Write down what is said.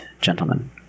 gentlemen